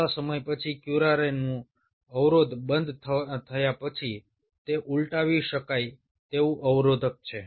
થોડા સમય પછી ક્યુરારેનું અવરોધ બંધ થયા પછી તે ઉલટાવી શકાય તેવું અવરોધક છે